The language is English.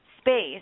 space